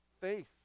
face